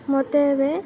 ମୋତେ ଏବେ